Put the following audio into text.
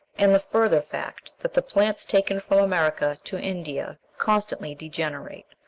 and the further fact that the plants taken from america to india constantly degenerate,